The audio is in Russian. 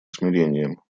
смирением